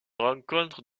rencontre